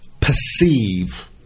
perceive